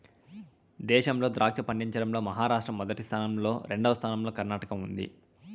దేశంలో ద్రాక్ష పండించడం లో మహారాష్ట్ర మొదటి స్థానం లో, రెండవ స్థానం లో కర్ణాటక ఉంది